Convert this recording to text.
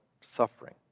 suffering